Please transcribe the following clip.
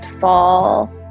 fall